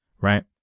right